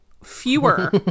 Fewer